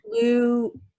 blue